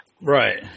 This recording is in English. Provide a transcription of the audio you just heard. Right